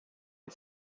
est